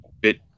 bit